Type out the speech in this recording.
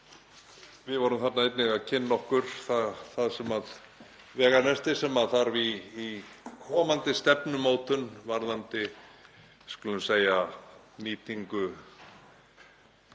Við vorum þarna einnig að kynna okkur það veganesti sem þarf í komandi stefnumótun varðandi nýtingu